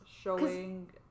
showing